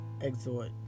exhort